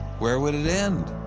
where would it end?